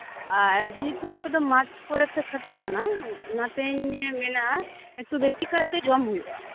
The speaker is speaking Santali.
ᱟᱨ ᱡᱮᱦᱮᱛᱩ ᱟᱯᱮᱫᱚ ᱢᱟᱴᱠᱚᱨᱮᱯᱮ ᱠᱷᱟᱴᱟᱜ ᱠᱟᱱᱟ ᱚᱱᱟᱛᱮᱧ ᱢᱮᱱᱟ ᱦᱚᱭᱛᱚ ᱵᱮᱥᱤᱠᱟᱭᱛᱮ ᱡᱚᱢ ᱦᱩᱭᱩᱜ ᱟ